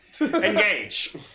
Engage